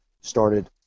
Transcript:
started